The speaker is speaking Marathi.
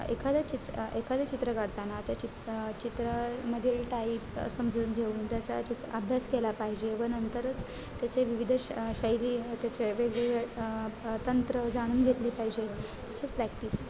एखादं चित्र एखादं चित्र काढताना त्या चित्र चित्रामधील टाईप समजून घेऊन त्याचा चित्र अभ्यास केला पाहिजे व नंतरच त्याचे विविध श शैली त्याचे वेगवेगळे तंत्र जाणून घेतली पाहिजे तसेच प्रॅक्टिस